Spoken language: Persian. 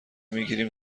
میگیریم